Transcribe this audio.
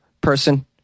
person